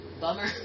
Bummer